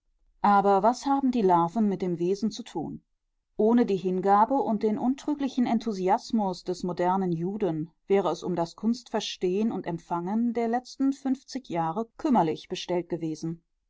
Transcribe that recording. aber was haben die larven mit den wesen zu tun ohne die hingabe und den untrüglichen enthusiasmus des modernen juden wäre es um das kunstverstehen und empfangen der letzten fünfzig jahre kümmerlich bestellt gewesen